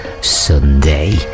sunday